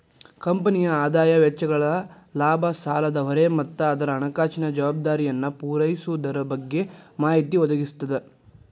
ಕಂಪನಿಯ ಆದಾಯ ವೆಚ್ಚಗಳ ಲಾಭ ಸಾಲದ ಹೊರೆ ಮತ್ತ ಅದರ ಹಣಕಾಸಿನ ಜವಾಬ್ದಾರಿಯನ್ನ ಪೂರೈಸೊದರ ಬಗ್ಗೆ ಮಾಹಿತಿ ಒದಗಿಸ್ತದ